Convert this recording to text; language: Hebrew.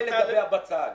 זה לגבי הבצל.